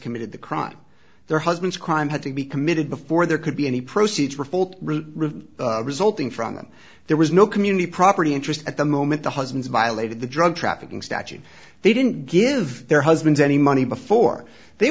committed the crime their husbands crime had to be committed before there could be any procedure for river resulting from them there was no community property interest at the moment the husband's violated the drug trafficking statute they didn't give their husbands any money before they